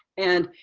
and